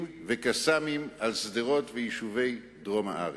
ו"קסאמים" על שדרות ויישובי דרום הארץ.